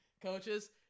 coaches